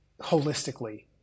holistically